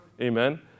amen